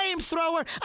flamethrower